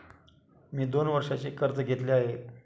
मी दोन वर्षांचे कर्ज घेतले आहे